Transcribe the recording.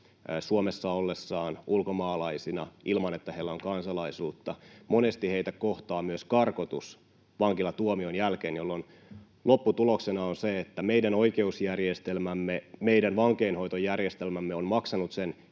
Suomessa ollessaan — ulkomaalaisina, ilman, että heillä on kansalaisuutta —, kohtaa myös karkotus vankilatuomion jälkeen, jolloin lopputuloksena on se, että meidän oikeusjärjestelmämme, meidän vankeinhoitojärjestelmämme on maksanut sen